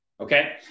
Okay